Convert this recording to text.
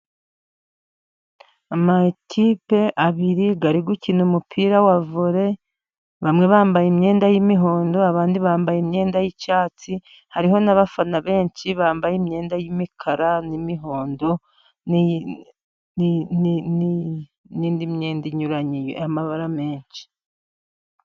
Amakipe abiri ari gukina umupira wa vore. Bamwe bambaye imyenda y'imihondo, abandi bambaye imyenda y'icyatsi. Hariho n'abafana benshi bambaye imyenda y'imikara n'imihondo, n'indi myenda inyuranye y'amabara menshi.